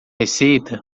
receita